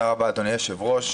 תודה רבה, אדוני היושב-ראש.